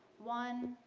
one,